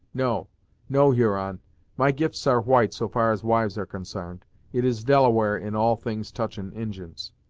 no no huron my gifts are white so far as wives are consarned it is delaware, in all things touchin' injins.